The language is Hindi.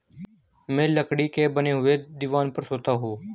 मैं लकड़ी से बने हुए दीवान पर सोता हूं